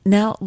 Now